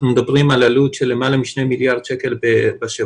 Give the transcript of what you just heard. אנחנו מדברים על עלות של למעלה משני מיליארד שקל בשבוע.